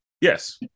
Yes